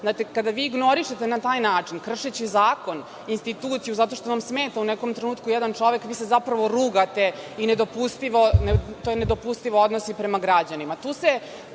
Kada vi ignorišete na taj način, kršeći zakon, instituciju zato što vam smeta u nekom trenutku jedan čovek, vi se zapravo rugate i to je nedopustiv odnos i prema građanima. Zapravo